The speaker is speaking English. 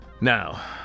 Now